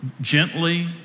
gently